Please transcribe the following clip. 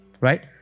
Right